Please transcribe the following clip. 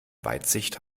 weitsicht